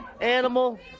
animal